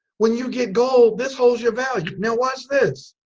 when you get gold this holds your value now watch this.